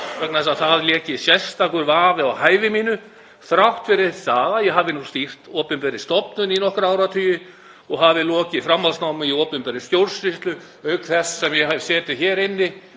vegna þess að sérstakur vafi léki á hæfi mínu þrátt fyrir að ég hafi stýrt opinberri stofnun í nokkra áratugi og hafi lokið framhaldsnámi í opinberri stjórnsýslu, auk þess sem ég hef setið hér á